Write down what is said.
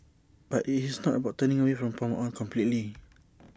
but IT is not about turning away from palm oil completely